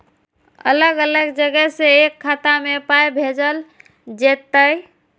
अलग अलग जगह से एक खाता मे पाय भैजल जेततै?